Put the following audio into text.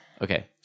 Okay